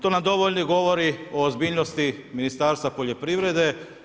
To nam dovoljno govori o ozbiljnosti Ministarstva poljoprivrede.